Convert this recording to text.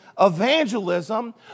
evangelism